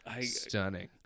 stunning